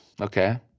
Okay